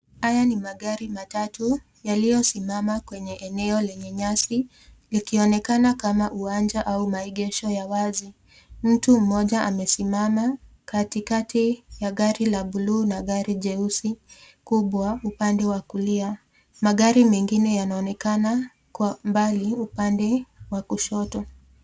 Haya ni magari matatu yaliyosimama kwenye eneo lenye nyasi likionekana kama uwanja au maegesho ya wazi. Mtu mmoja amesimama katikati ya gari la bluu na gari jeusi kubwa upande wakulia. Magari mengine yanaonekana kwa mbali upande wa kushoto.